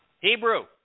Hebrew